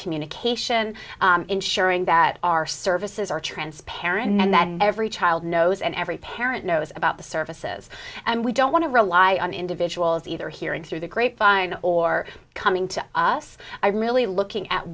communication ensuring that our services are transparent and that every child knows and every parent knows about the services and we don't want to rely on individuals either hearing through the grapevine or coming to us by really looking at